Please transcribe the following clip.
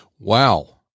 Wow